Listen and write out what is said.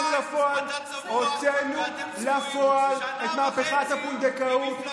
הוצאנו לפועל את מהפכת הפונדקאות.